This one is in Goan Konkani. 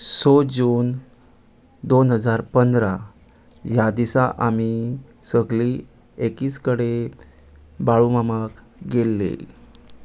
स जून दोन हजार पंदरा ह्या दिसा आमी सगळीं एकीच कडेन बाळुमामाक गेल्ली